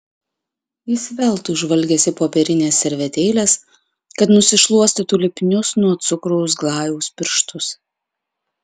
jis veltui žvalgėsi popierinės servetėlės kad nusišluostytų lipnius nuo cukraus glajaus pirštus